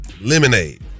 Lemonade